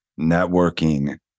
networking